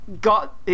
got